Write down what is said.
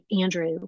Andrew